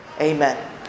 Amen